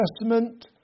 Testament